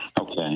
okay